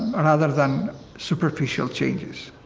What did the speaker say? rather than superficial changes.